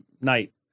night